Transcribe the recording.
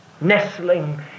nestling